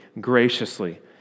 graciously